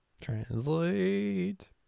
Translate